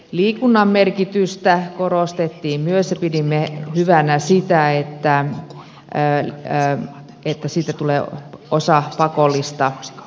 liikunnan merkitystä korostettiin myös ja pidimme hyvänä sitä että siitä tulee osa pakollista opiskelua